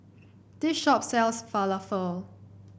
this shop sells Falafel